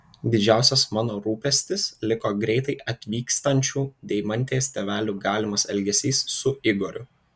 didžiausias mano rūpestis liko greitai atvykstančių deimantės tėvelių galimas elgesys su igoriu